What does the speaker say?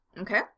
okay